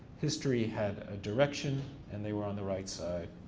history had a direction and they were on the right side,